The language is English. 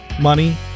money